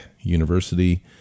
university